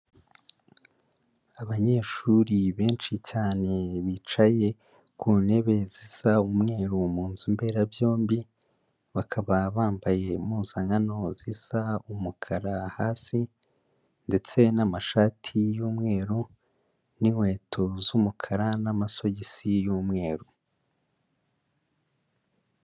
Abanyeshuri benshi cyane, bicaye ku ntebe zisa umweru mu nzu mberabyombi, bakaba bambaye impuzankano zisa umukara hasi, ndetse n'amashati y'umweru n'inkweto z'umukara n'amasogisi y'umweru.